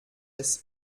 des